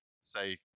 say